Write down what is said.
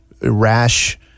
rash